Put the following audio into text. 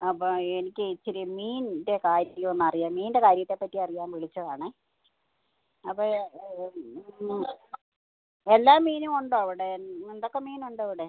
അപ്പം എനിക്ക് ഇത്തിരി മീനിൻ്റെ കാര്യം ഒന്നറിയാൻ മീനിൻ്റെ കാര്യത്തെ പറ്റി അറിയാൻ വിളിച്ചതാണ് അപ്പോൾ ഒന്ന് എല്ലാ മീനും ഉണ്ടോ അവിടെ എന്തൊക്കെ മീൻ ഉണ്ട് അവിടെ